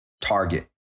Target